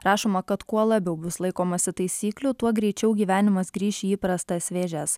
rašoma kad kuo labiau bus laikomasi taisyklių tuo greičiau gyvenimas grįš į įprastas vėžes